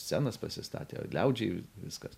scenas pasistatė liaudžiai viskas